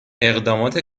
اقدامات